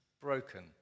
broken